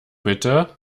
bitte